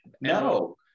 No